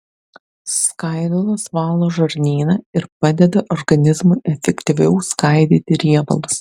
skaidulos valo žarnyną ir padeda organizmui efektyviau skaidyti riebalus